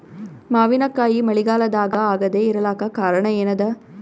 ಮಾವಿನಕಾಯಿ ಮಳಿಗಾಲದಾಗ ಆಗದೆ ಇರಲಾಕ ಕಾರಣ ಏನದ?